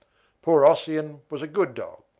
poor ossian was a good dog,